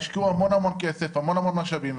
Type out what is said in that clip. השקיעו המון כסף ומשאבים,